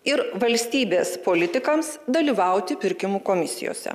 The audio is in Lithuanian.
ir valstybės politikams dalyvauti pirkimų komisijose